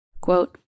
Quote